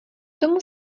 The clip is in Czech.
tomu